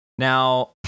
Now